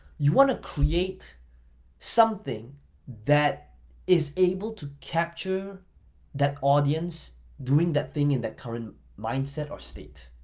you wanna create something that is able to capture that audience doing that thing in that current mindset or state,